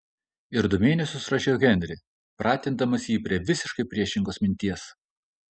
ir du mėnesius ruošiau henrį pratindamas jį prie visiškai priešingos minties